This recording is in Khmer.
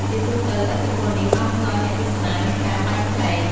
ជាទូទៅ ឥទ្ធិពលនេះបានធ្វើឱ្យអ្នកទស្សនាមានការបែងចែក។